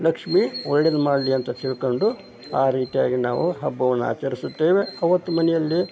ಲಕ್ಷ್ಮಿ ಒಳ್ಳೆಯದು ಮಾಡಲಿ ಅಂತ ತಿಳ್ಕೊಂಡು ಆ ರೀತಿಯಾಗಿ ನಾವು ಹಬ್ಬವನ್ನು ಆಚರಿಸುತ್ತೇವೆ ಆವತ್ತು ಮನೆಯಲ್ಲಿ